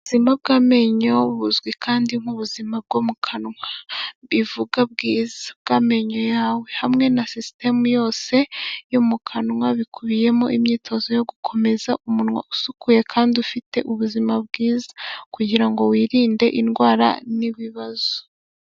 Ubuzima bw'amenyo buzwi kandi nk'ubuzima bwo mu kanwa, bivuga bwiza bw'amenyo yawe hamwe na sisitemu yose yo mu kanwa bikubiyemo imyitozo yo gukomeza umunwa usukuye kandi ufite ubuzima bwiza kugirango wirinde indwara n'ibibazo.